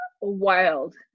wild